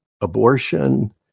abortion